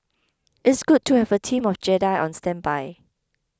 it's good to have a team of Jedi on standby